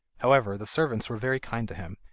however, the servants were very kind to him,